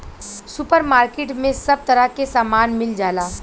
super market में सब तरह के सामान मिल जाला